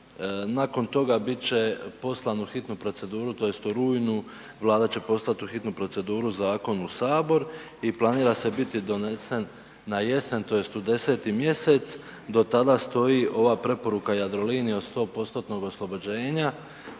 nakon toga bit će poslan u hitnu proceduru tj. u rujnu Vlada će poslat u hitnu proceduru zakon u sabor i planira se biti donesen na jesen tj. u 10. mjesec do tada stoji ova preporuka Jadrolinije od 100% oslobođenja,